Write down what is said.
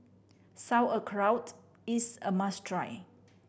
sauerkraut is a must try